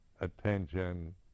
attention